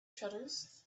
shutters